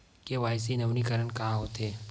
KYC नवीनीकरण का होथे?